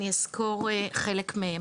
אז אסקור חלק מהם.